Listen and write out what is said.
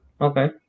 okay